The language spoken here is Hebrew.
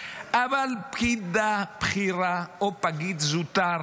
אבל פקידה בכירה או פקיד זוטר,